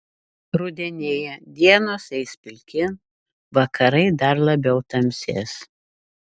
rudenėja dienos eis pilkyn vakarai dar labiau tamsės